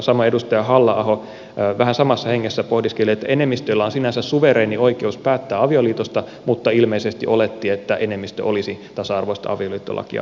samoin edustaja halla aho vähän samassa hengessä pohdiskeli että enemmistöllä on sinänsä suvereeni oikeus päättää avioliitosta mutta ilmeisesti oletti että enemmistö olisi tasa arvoista avioliittolakia vastaan